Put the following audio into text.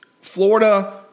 Florida